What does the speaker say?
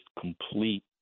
complete